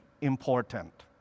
important